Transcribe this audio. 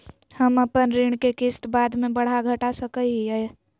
हम अपन ऋण के किस्त बाद में बढ़ा घटा सकई हियइ?